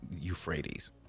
Euphrates